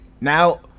now